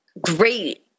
great